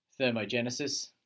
thermogenesis